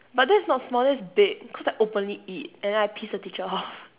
but that's not small that's big cause I openly eat and then I piss the teacher off